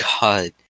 God